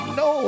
no